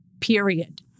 period